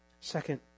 Second